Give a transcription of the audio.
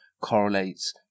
correlates